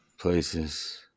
places